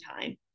time